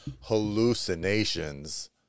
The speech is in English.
hallucinations